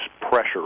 pressure